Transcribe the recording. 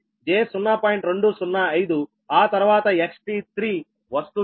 205 ఆ తర్వాత XT3 వస్తుంది